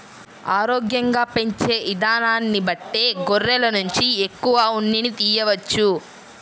ఆరోగ్యంగా పెంచే ఇదానాన్ని బట్టే గొర్రెల నుంచి ఎక్కువ ఉన్నిని తియ్యవచ్చు